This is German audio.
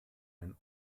ein